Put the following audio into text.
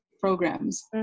programs